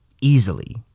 easily